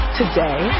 today